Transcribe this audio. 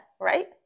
Right